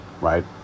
right